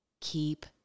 keep